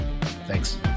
thanks